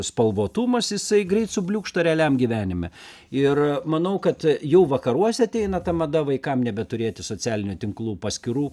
spalvotumas jisai greit subliūkšta realiam gyvenime ir manau kad jau vakaruose ateina ta mada vaikam nebeturėti socialinių tinklų paskyrų